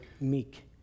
meek